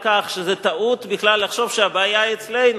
כך שזה טעות בכלל לחשוב שהבעיה היא אצלנו.